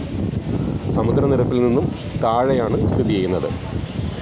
സമുദ്രനിരപ്പിൽ നിന്നും താഴെയാണ് സ്ഥിതി ചെയ്യുന്നത്